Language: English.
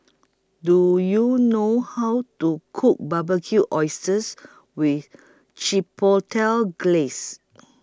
Do YOU know How to Cook Barbecued Oysters with Chipotle Glaze